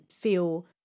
feel